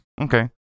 Okay